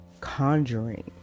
conjuring